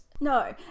No